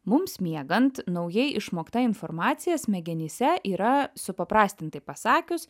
mums miegant naujai išmokta informacija smegenyse yra supaprastintai pasakius